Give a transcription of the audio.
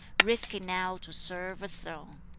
risky now to serve a throne.